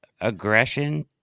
aggression